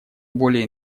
более